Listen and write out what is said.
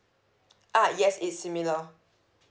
ah yes it's similar